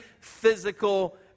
physical